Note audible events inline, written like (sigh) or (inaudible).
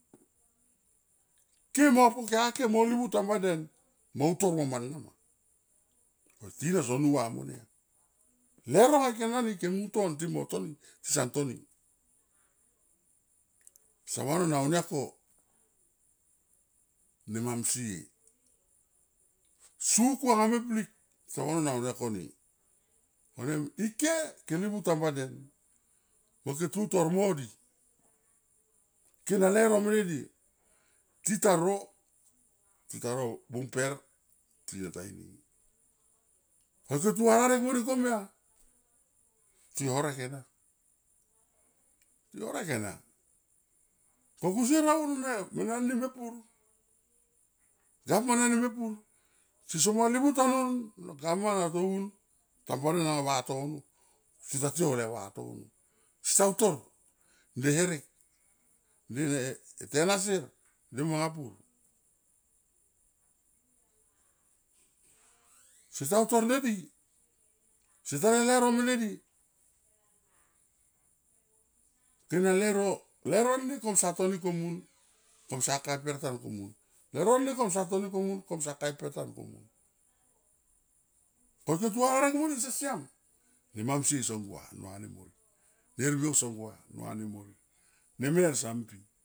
Ke mo po kia ke mo livu tam ba den mo utor mo man nama ko tina son nu va monia ma leuro anga ke nani ke mung ton timo toni tison toni pesa vanon au nia ko neimamsie i suku anga me blik son vanon au nia ko ni vanem ike ke livu tamba den mo ke tutor mo di ke na leuro mene di tita ro tita ro bung per tikata inie ko ke tu va rarek mo di komia ti horek ena ko kusier aun ne mena ni mepur govman ani mepur sesmoa livu tanun lo govman a to un tamba den alo vatono se ta tiou le vatono seta utor nde herek nde (hesitation) e tena sier nde manga pur. (noise) seta utor nde di seta na leuro mene di ke na leuro, leuro ni kosa (noise) toni komun, komsa ka e par tari komun leuro ni kosa toni komun, komsa ka e per tari komun ko e ke tu va rarek modi so siam nemam sie song gua nua ni morik ne uriou son gua nua ni morik ne mer son pi.